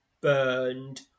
burned